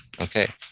Okay